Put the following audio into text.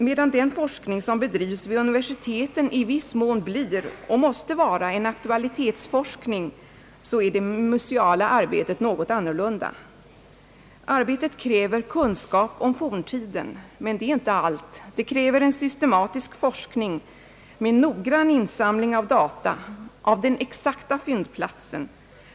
Medan den forskning som bedrivs vid universiteten i viss mån blir och måste vara en aktualitetsforskning är det museala arbetet något annorlunda till sin karaktär. Arbetet kräver kunskaper om forntiden. Men detta är inte allt — det kräver också en systematisk forskning med noggrann insamling av data och bestämmande av den exakta fyndplatsen.